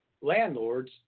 landlords